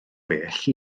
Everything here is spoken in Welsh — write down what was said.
bell